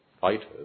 fighters